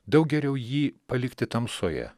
daug geriau jį palikti tamsoje